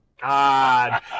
God